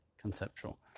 conceptual